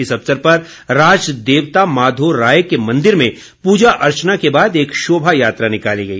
इस अवसर पर राज देवता माधोराय के मंदिर में पूजा अर्चना के बाद एक शोभा यात्रा निकाली गई